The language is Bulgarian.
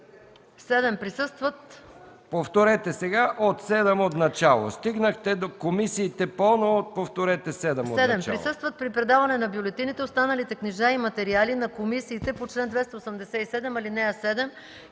7. присъстват при предаване на бюлетините, останалите книжа и материали на комисиите по чл. 287, ал. 7